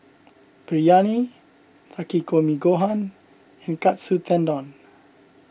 Biryani Takikomi Gohan and Katsu Tendon